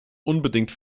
unbedingt